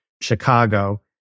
Chicago